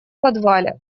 подвале